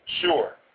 Sure